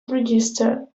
registered